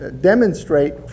demonstrate